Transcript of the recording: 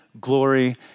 glory